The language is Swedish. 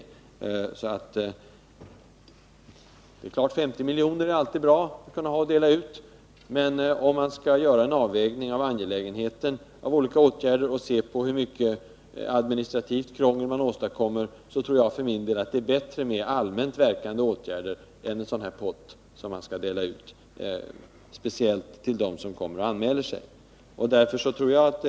Det är klart att det alltid är bra att ha 50 miljoner att dela ut, men om man skall göra en avvägning med hänsyn till hur angelägna olika åtgärder är tror jag för min del att det är bättre med allmänt verkande åtgärder än med en pott som man skall dela ut speciellt till dem som kommer och anmäler sig, bl.a. med hänsyn till det administrativa krångel man därigenom åstadkommer.